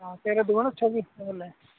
ହଁ ତେର ଦୁଇଗୁଣେ ଛବିଶ ହେଲେ